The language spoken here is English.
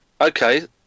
Okay